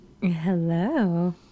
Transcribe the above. Hello